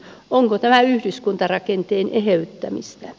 onko tämä yhdyskuntarakenteen eheyttämistä